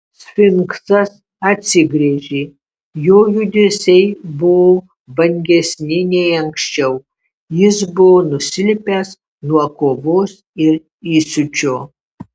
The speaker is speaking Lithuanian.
sfinksas atsigręžė jo judesiai buvo vangesni nei anksčiau jis buvo nusilpęs nuo kovos ir įsiūčio